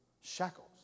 shackles